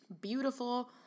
beautiful